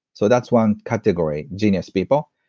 so that's one category, genius people.